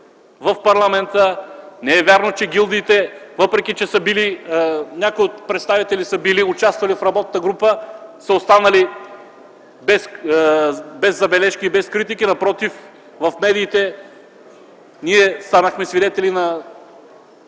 в парламента. Не е вярно, че гилдиите, представители на някои от които са били участвали в работна група, са останали без забележки и без критики. Напротив, в медиите ние станахме свидетели на